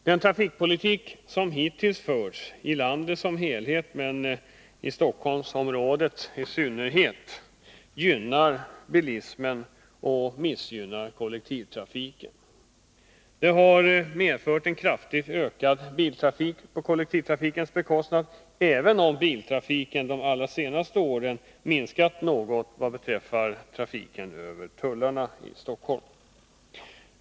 Den trafikpolitik som hittills förts i landet som helhet men i Stockholmsområdet i synnerhet gynnar bilismen och missgynnar kollektivtrafiken. Detta har medfört en kraftigt ökad biltrafik på kollektivtrafikens bekostnad, även om biltrafiken över tullarna i Stockholm under de allra senaste åren minskat något.